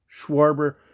Schwarber